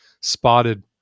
spotted